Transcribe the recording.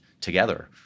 together